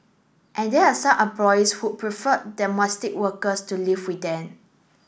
and there are also some employers who prefer workers to live with them